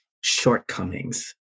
shortcomings